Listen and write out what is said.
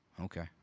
Okay